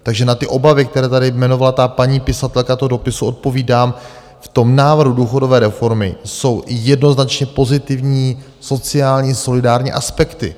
Takže na ty obavy, které tady jmenovala paní pisatelka toho dopisu, odpovídám v tom návrhu důchodové reformy jsou jednoznačně pozitivní sociální solidární aspekty.